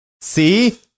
See